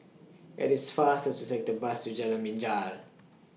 IT IS faster to Take The Bus to Jalan Binjai